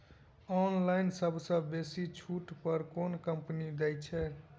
Online सबसँ बेसी छुट पर केँ कंपनी दइ छै?